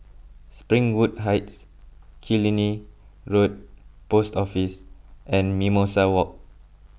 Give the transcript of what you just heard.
Springwood Heights Killiney Road Post Office and Mimosa Walk